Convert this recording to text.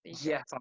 yes